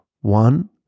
One